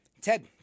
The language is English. Ted